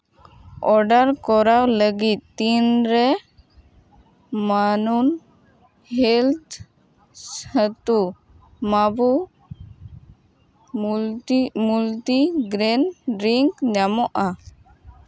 order ᱠᱚᱨᱟᱣ ᱞᱟᱹᱜᱤᱫ ᱛᱤᱱᱨᱮ ᱢᱟᱱᱱᱟ ᱦᱮᱞᱛᱷ ᱥᱟᱛᱷᱩ ᱢᱟᱵᱷᱩ ᱢᱩᱞᱴᱤᱜᱨᱮᱱ ᱰᱨᱤᱝᱠ ᱧᱟᱢᱚᱜᱼᱟ